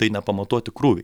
tai nepamatuoti krūviai